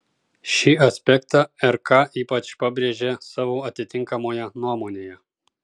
šį aspektą rk ypač pabrėžė savo atitinkamoje nuomonėje